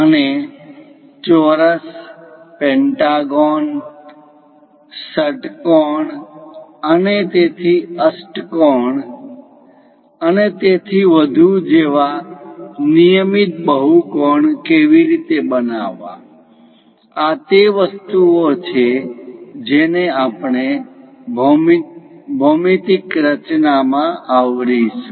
અને ચોરસ પેન્ટાગોન પંચકોણ pentagon ષટ્કોણ હેક્સાગોન hexagon અને તેથી અષ્ટકોણ ઓકટાગોન octagon અને તેથી વધુ જેવા નિયમિત બહુકોણ કેવી રીતે બનાવવા આ તે વસ્તુઓ છે જેને આપણે ભૌમિતિક રચના માંઆવરીશું